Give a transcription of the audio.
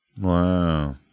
Wow